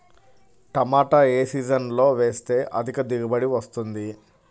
టమాటా ఏ సీజన్లో వేస్తే అధిక దిగుబడి వస్తుంది?